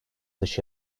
dış